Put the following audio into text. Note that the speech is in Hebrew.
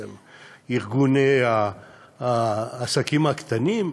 אתם ארגוני העסקים הקטנים?